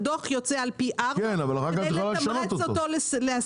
הדוח יוצא על פי ארבע כדי לתמרץ אותו להסב.